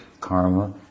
karma